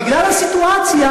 בגלל הסיטואציה.